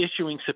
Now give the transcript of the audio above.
issuing